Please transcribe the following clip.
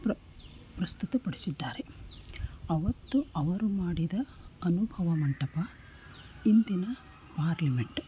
ಪ್ರ ಪ್ರಸ್ತುತ ಪಡಿಸಿದ್ದಾರೆ ಅವತ್ತು ಅವರು ಮಾಡಿದ ಅನುಭವ ಮಂಟಪ ಇಂದಿನ ಪಾರ್ಲಿಮೆಂಟ್